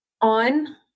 on